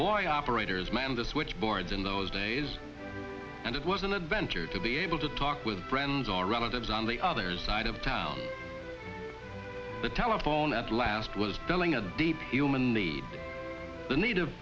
boy operators man the switchboards in those days and it was an adventure to be able to talk with friends or relatives on the other side of town the telephone at last was dialing a deep human need the ne